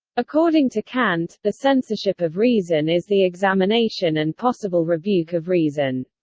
according to kant, the censorship of reason is the examination and possible rebuke of reason.